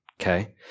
Okay